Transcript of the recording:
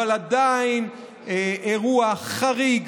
אבל עדיין אירוע חריג,